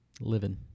Living